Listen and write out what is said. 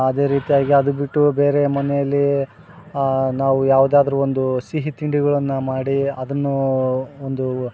ಅದೇ ರೀತಿಯಾಗಿ ಅದು ಬಿಟ್ಟು ಬೇರೆ ಮನೇಲಿ ನಾವು ಯಾವುದಾದ್ರು ಒಂದು ಸಿಹಿ ತಿಂಡಿಗಳನ್ನ ಮಾಡಿ ಅದನ್ನು ಒಂದು